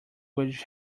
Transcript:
language